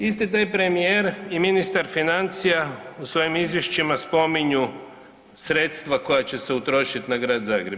Isti taj premijer i ministar financija u svojim izvješćima spominju sredstva koja će se utrošit na Grad Zagreb.